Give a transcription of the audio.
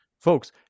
folks